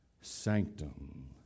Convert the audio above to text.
Sanctum